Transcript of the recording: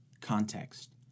context